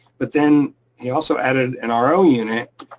but then he also added an ah ro unit,